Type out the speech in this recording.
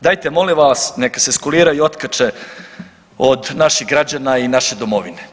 Dajte molim vas neka se skuliraju i otkače od naših građana i naše Domovine.